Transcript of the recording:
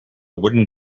wooden